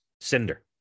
Cinder